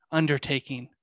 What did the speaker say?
undertaking